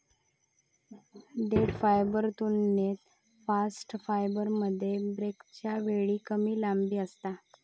देठ फायबरच्या तुलनेत बास्ट फायबरमध्ये ब्रेकच्या वेळी कमी लांबी असता